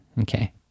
Okay